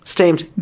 Steamed